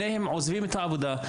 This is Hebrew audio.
שניהם עוזבים את העבודה,